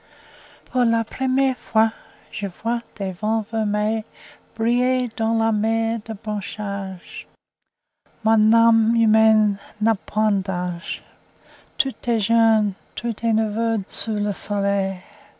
pour la première fois je vois les vents vermeils briller dans la mer des branchages mon âme humaine n'a point d'âge tout est jeune tout est nouveau sous le soleil